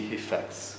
effects